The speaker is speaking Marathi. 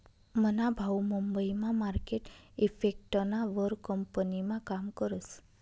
मना भाऊ मुंबई मा मार्केट इफेक्टना वर कंपनीमा काम करस